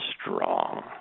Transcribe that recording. strong